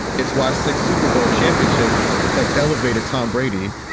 it's why six super bowl championships have elevated tom brady,